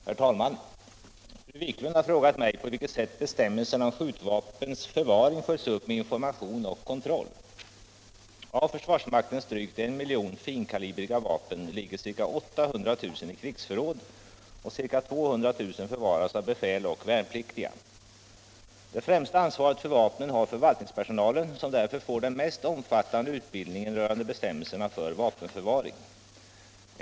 Herr talman! Fru Wiklund har frågat mig på vilket sätt bestämmelserna om skjutvapens förvaring följs upp med information och kontroll. Av försvarsmaktens drygt en miljon finkalibriga vapen ligger ca 800 000 i krigsförråd och ca 200 000 förvaras av befäl och värnpliktiga. Det främsta ansvaret för vapnen har förvaltningspersonalen, som därför får den mest omfattande utbildningen rörande bestämmelserna för vapenförvaring.